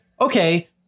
okay